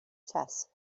chess